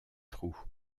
trous